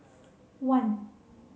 one